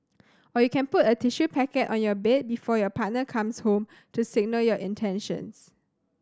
or you can put a tissue packet on your bed before your partner comes home to signal your intentions